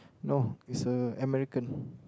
no he's a American